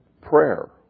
prayer